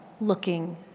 looking